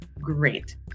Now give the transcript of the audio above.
great